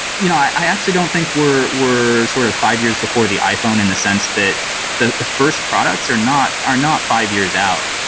you know i actually don't think we're were sort of five years before the iphone in the sense that the the first products are not are not five years out,